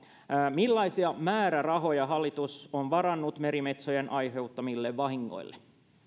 millaisia määrärahoja hallitus on varannut merimetsojen aiheuttamille vahingoille